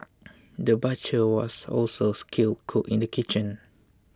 the butcher was also skilled cook in the kitchen